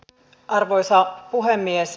arvoisa puhemies